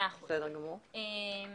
במסמך עשינו את זה, פה ניסינו לתמצת - מאה אחוז.